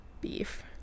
beef